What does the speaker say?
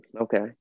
okay